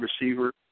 receiver